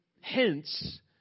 Hence